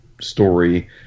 story